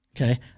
Okay